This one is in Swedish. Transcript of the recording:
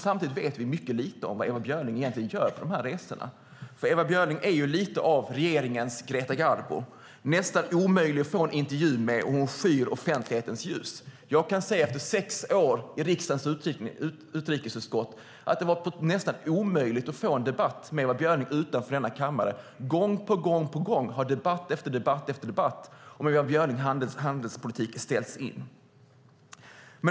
Samtidigt vet vi mycket lite om vad Ewa Björling egentligen gör på de här resorna, för Ewa Björling är ju lite av regeringens Greta Garbo. Hon är nästan omöjlig att få en intervju med, och hon skyr offentlighetens ljus. Jag kan efter sex år i riksdagens utrikesutskott säga att det har varit nästan omöjligt att få en debatt med Ewa Björling utanför denna kammare. Gång på gång har debatt efter debatt om Ewa Björlings handelspolitik ställts in.